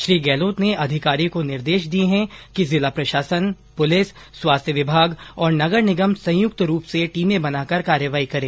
श्री गहलोत ने अधिकारियों को निर्देश दिए है कि जिला प्रशासन पुलिस स्वास्थ्य विभाग और नगर निगम संयुक्त रूप से टीमें बनाकर कार्रवाई करें